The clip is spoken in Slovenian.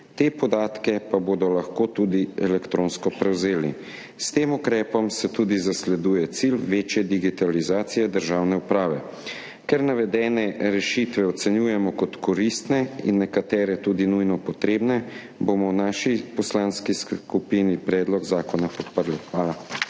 Te podatke pa bodo lahko tudi elektronsko prevzeli. S tem ukrepom se tudi zasleduje cilj večje digitalizacije državne uprave. Ker navedene rešitve ocenjujemo kot koristne in nekatere tudi nujno potrebne, bomo v naši poslanski skupini predlog zakona podprli. Hvala.